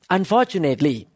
Unfortunately